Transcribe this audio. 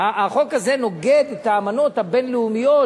החוק הזה נוגד את האמנות הבין-לאומיות,